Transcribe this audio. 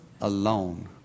alone